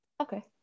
Okay